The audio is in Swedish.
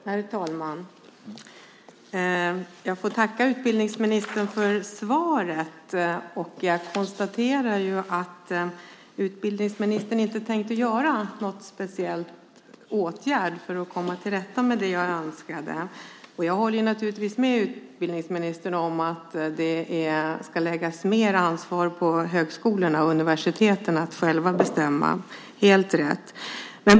Herr talman! Jag vill tacka utbildningsministern för svaret, och jag konstaterar att utbildningsministern inte tänker göra något speciellt för att komma till rätta med det jag anför. Jag håller naturligtvis med utbildningsministern om att det ska ankomma på högskolorna och universiteten att själva bestämma - helt rätt.